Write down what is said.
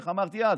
איך אמרתי אז?